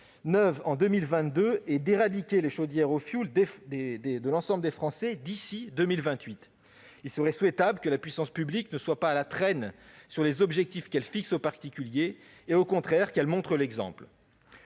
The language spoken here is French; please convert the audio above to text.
neuves en 2022 et d'éradiquer les chaudières au fioul d'ici à 2028. Il serait souhaitable que la puissance publique ne soit pas à la traîne sur les objectifs qu'elle fixe aux particuliers et qu'au contraire elle montre l'exemple.